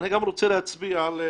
לא מוכן שהיא תדבר ככה.